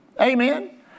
Amen